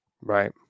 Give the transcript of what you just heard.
Right